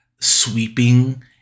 sweeping